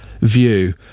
view